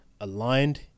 aligned